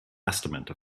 estimate